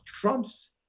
Trump's